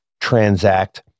transact